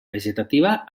vegetativa